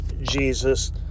Jesus